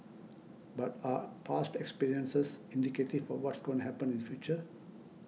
but are past experiences indicative for what's gonna happen in future